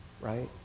right